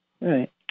Right